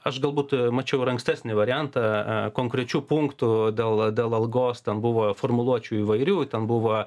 aš galbūt mačiau ir ankstesnį variantą e konkrečių punktų dėl dėl algos ten buvo formuluočių įvairių ten buvo